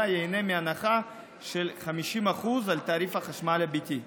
ייהנה מהנחה של 50% על תעריף החשמל הביתי.